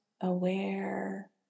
aware